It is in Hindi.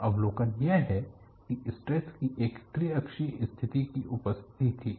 तो अवलोकन यह है की स्ट्रेस की एक त्रिअक्षीय स्थिति की उपस्थिति थी